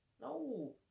No